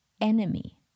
enemy